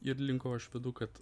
ir link ko aš vedu kad